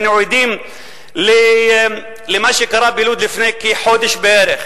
היינו עדים למה שקרה בלוד לפני כחודש בערך.